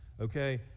okay